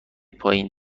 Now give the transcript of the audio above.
پایین